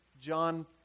John